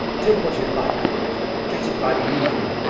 take what you like for it, but get it by the evening!